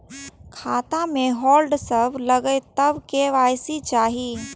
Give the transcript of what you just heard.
खाता में होल्ड सब लगे तब के.वाई.सी चाहि?